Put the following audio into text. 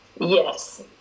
yes